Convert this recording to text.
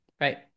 Right